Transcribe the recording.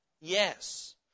Yes